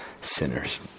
sinners